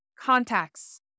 contacts